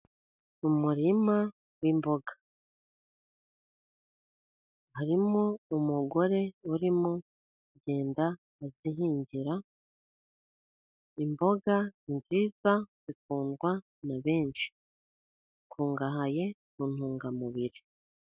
Mu murima w'imboga harimo umugore, urimo kugenda azihingira. Imboga ni nziza zikundwa na benshi, zikungahaye ku ntungamubiri.